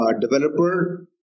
developer